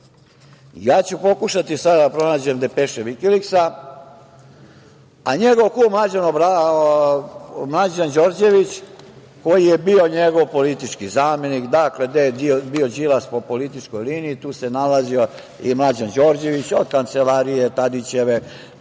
Ja ću pokušati sada da pronađem depeše Vikiliksa, a njegov kum Mlađan Đorđević, koji je bio njegov politički zamenik, dakle, gde je bio Đilas po političkoj liniji tu se nalazio i Mlađan Đorđević, od kancelarije Tadićeve,